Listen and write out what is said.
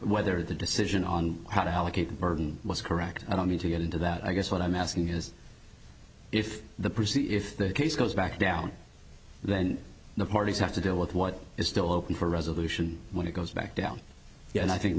whether the decision on how to allocate the burden was correct i don't need to get into that i guess what i'm asking is if the proceed if the case goes back down then the parties have to deal with what is still open for resolution when it comes back down and i think